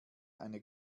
eine